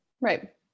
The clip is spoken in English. right